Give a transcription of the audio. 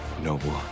noble